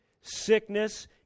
sickness